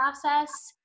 process